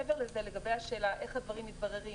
מעבר לזה, לגבי השאלה איך הדברים מתבררים